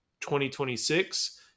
2026